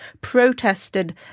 protested